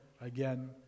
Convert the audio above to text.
again